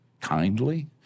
Kindly